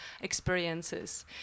experiences